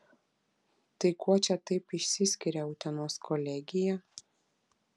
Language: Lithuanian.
tai kuo čia taip išsiskiria utenos kolegija